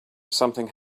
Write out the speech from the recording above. something